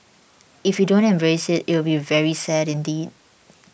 if we don't embrace it it'll be very sad indeed